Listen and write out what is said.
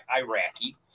iraqi